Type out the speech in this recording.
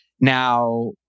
Now